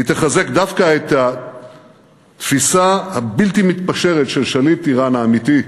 היא תחזק דווקא את התפיסה הבלתי-מתפשרת של שליט איראן האמיתי,